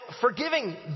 forgiving